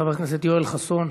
חבר הכנסת יואל חסון?